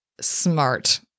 smart